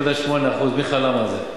5.8% מי חלם על זה.